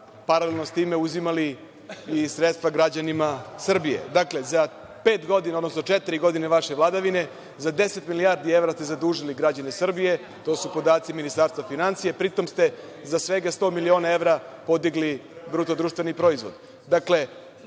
paralelno sa time uzimali i sredstva građanima Srbije. Dakle, za pet godina, odnosno četiri godine vaše vladavine, za 10 milijardi evra ste zadužili građane Srbije, to su podaci Ministarstva finansija. Pri tome ste, za svega 100 miliona evra podigli BDP. Dakle, sve